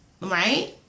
right